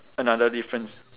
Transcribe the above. another difference